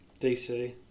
DC